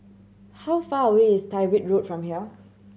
how far away is Tyrwhitt Road from here